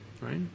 right